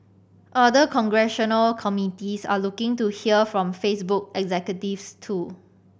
other congressional committees are looking to hear from Facebook executives too